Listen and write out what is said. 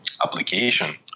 application